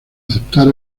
aceptar